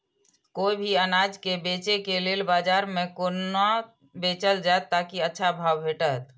कोय भी अनाज के बेचै के लेल बाजार में कोना बेचल जाएत ताकि अच्छा भाव भेटत?